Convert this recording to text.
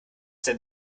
denn